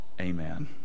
Amen